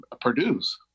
produce